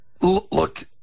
Look